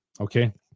Okay